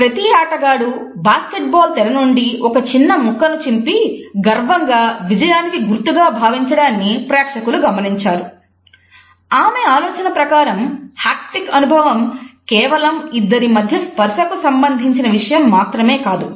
ప్రతి ఆటగాడు basketball అనుభవం కేవలం ఇద్దరి మధ్య స్పర్శ కు సంబంధించిన విషయం మాత్రమే కాదు